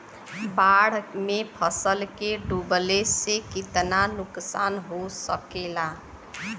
बाढ़ मे फसल के डुबले से कितना नुकसान हो सकेला?